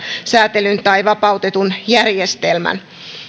säätelyn tai vapautetun järjestelmän puolesta kuin sitä vastaan